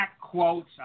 quotes